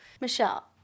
Michelle